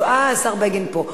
השר בגין פה.